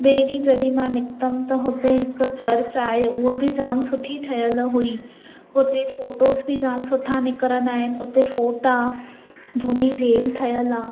ॿ ॾींहुं जॾहिं मां निकतमि त हुते हिकु चर्च आहे हूह बि जाम सुठी ठहियल हुई हुते फोटोज़ बि जाम सुठा निकिरींदा आहिनि उते फोटा झूनी जेल ठहियल आहे